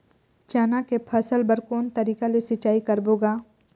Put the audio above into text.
चना के फसल बर कोन तरीका ले सिंचाई करबो गा?